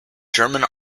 german